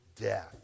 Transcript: death